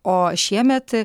o šiemet